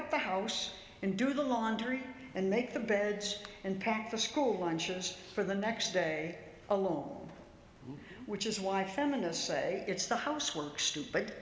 up the house and do the laundry and make the beds and pack the school lunches for the next day alone which is why feminists say it's the housework stupid